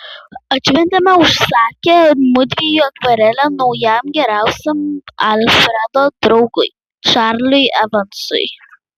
atšventėme užsakę mudviejų akvarelę naujam geriausiam alfredo draugui čarliui evansui